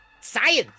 Science